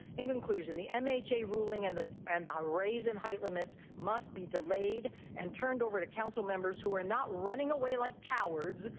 in conclusion, the um mha ruling and the and raising height limits must be delayed and turned over to councilmembers who are not running away like cowards,